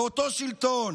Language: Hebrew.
באותו שלטון.